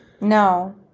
No